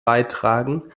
beitragen